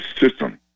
system